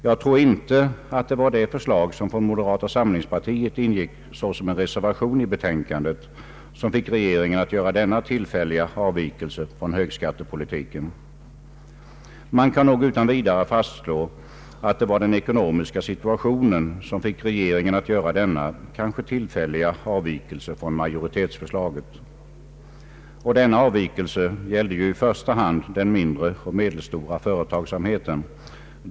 Jag tror inte att det var det förslag som från moderata samlingspartiet ingick såsom en reservation i betänkandet, som fick regeringen att göra denna tillfälliga avvikelse från högskattepolitiken. Man kan nog utan vidare fastslå, att det var den ekonomiska situationen som fick regeringen att göra denna Och denna avvikelse gällde ju i första hand den mindre och medelstora företagsamheten.